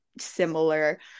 similar